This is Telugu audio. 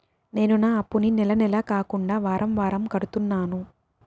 నేను నా అప్పుని నెల నెల కాకుండా వారం వారం కడుతున్నాను